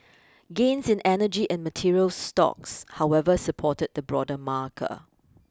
gains in energy and materials stocks however supported the broader marker